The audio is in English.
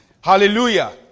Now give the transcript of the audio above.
Hallelujah